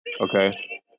Okay